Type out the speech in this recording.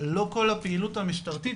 שלא כל הפעילות המשטרתית,